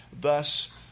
Thus